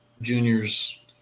juniors